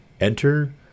enter